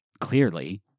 clearly